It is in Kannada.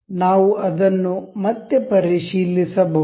ನಾವು ಅದನ್ನು ಮತ್ತೆ ಪರಿಶೀಲಿಸಬಹುದು